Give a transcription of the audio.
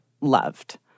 loved